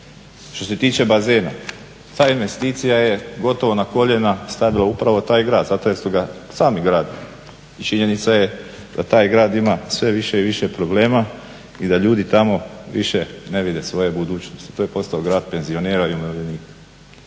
Što se tiče bazena, ta investicija je gotovo na koljena stavila upravo taj grad zato jer su ga sami gradili. Činjenica je da taj grad ima sve više i više problema i da ljudi tamo ne vide svoju budućnost. To je posao grad penzionera i umirovljenika.